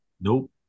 Nope